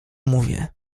mówię